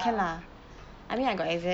very hard ah